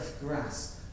grass